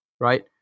right